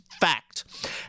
fact